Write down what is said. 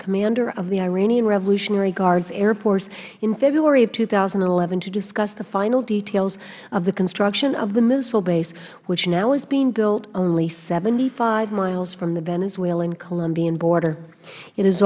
commander of the iranian revolutionary guard's air force in february of two thousand and eleven to discuss the final details of the construction of the missile base which now is being built only seventy five miles from the venezuelan colombian border i